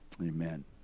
Amen